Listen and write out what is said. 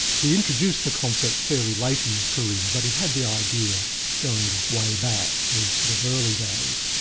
he introduced the concept fairly late in his career, but he had the idea going way back to his sort of early days.